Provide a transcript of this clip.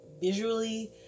Visually